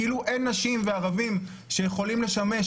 כאילו אין נשים וערבים שיכולים לשמש,